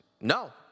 no